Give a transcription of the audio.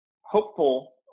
hopeful